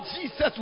Jesus